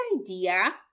idea